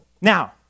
Now